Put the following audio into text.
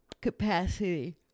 capacity